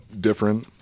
different